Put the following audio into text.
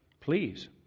please